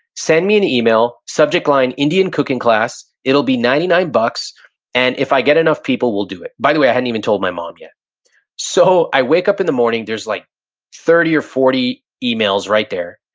send me an email. subject line indian cooking class. it'll be ninety nine dollars and if i get enough people, we'll do it. by the way, i hadn't even told my mom yet so i wake up in the morning, there's like thirty or forty emails right there.